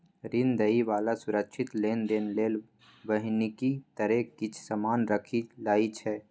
ऋण दइ बला सुरक्षित लेनदेन लेल बन्हकी तरे किछ समान राखि लइ छै